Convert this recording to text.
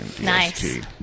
Nice